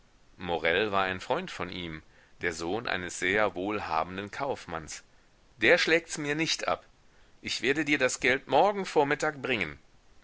morel war ein freund von ihm der sohn eines sehr wohlhabenden kaufmanns der schlägts mir nicht ab ich werde dir das geld morgen vormittag bringen